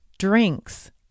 Drinks